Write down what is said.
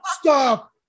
Stop